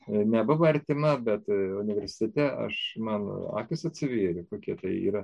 nebuvo artima bet iuniversitete aš man akys atsivėrė kokie tai yra